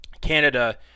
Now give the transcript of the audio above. Canada